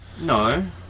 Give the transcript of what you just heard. No